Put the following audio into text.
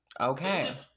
Okay